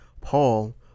paul